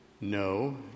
No